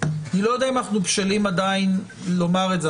אם אנחנו בשלים עדיין לומר את זה,